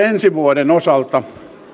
ensi vuoden osalta